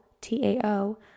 T-A-O